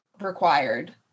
required